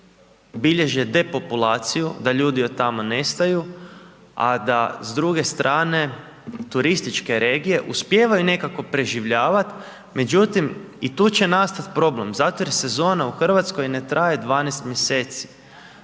bilježe depopulaciju da ljudi od tamo nestaju, a da s druge strane turističke regije uspijevaju nekako preživljavat. Međutim, i tu će nastat problem zato jer sezona u RH ne traje 12 mjeseci.